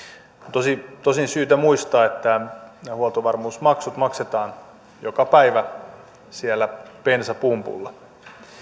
tosin on syytä muistaa että huoltovarmuusmaksut maksetaan joka päivä siellä bensapumpulla